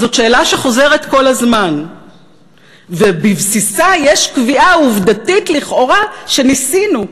זאת שאלה שחוזרת כל הזמן ובבסיסה יש קביעה עובדתית לכאורה שניסינו,